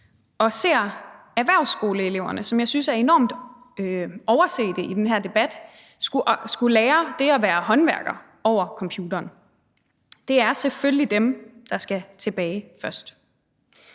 og ser erhvervsskoleeleverne, som jeg synes er enormt oversete i den her debat, skulle lære det at være håndværker over computeren. Det er selvfølgelig dem, der skal tilbage først.